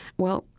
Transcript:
well,